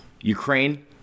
Ukraine